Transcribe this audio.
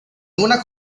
una